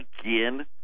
again